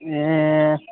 ए